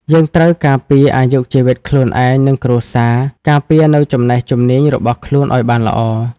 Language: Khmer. យើងត្រូវការពារអាយុជីវិតខ្លួនឯងនិងគ្រួសារ ការពារនូវចំណេះជំនាញរបស់ខ្លួនឱ្យបានល្អ។